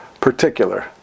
particular